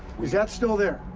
is that still there?